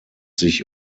sich